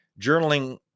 journaling